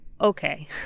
okay